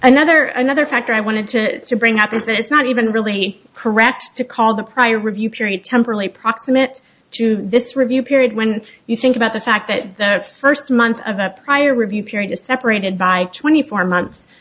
another another factor i wanted to bring up is that it's not even really correct to call the prior review period temporally proximate to this review period when you think about the fact that the first month of the prior review period is separated by twenty four months